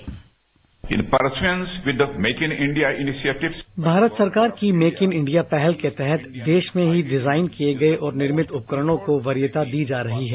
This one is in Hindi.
बाइट भारत सरकार की मेक इन इंडिया पहल के तहत देश में ही डिजाइन किए गए और निर्मित उपकरणों को वरीयता दी जा रही है